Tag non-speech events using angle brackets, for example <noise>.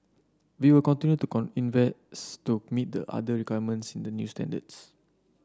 we will continue to <unintelligible> invest to meet the other requirements in the new standards